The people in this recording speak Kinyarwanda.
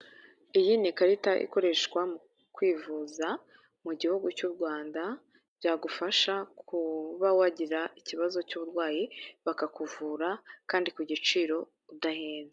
Iyi ni ikarita ikoreshwa mu kwivuza mu gihugu cy'u Rwanda yagufasha kuba wagira ikibazo cy'uburwayi bakakuvura kandi ku giciro udahenzwe.